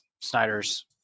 Snyder's